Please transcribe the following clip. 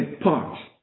parts